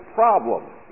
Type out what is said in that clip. problems